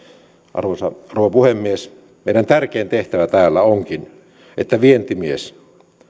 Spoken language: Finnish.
arvoisa rouva puhemies meidän tärkein tehtävämme täällä onkin että vientimies